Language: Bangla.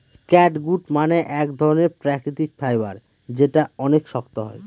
ক্যাটগুট মানে এক ধরনের প্রাকৃতিক ফাইবার যেটা অনেক শক্ত হয়